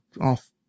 off